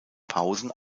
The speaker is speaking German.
pausen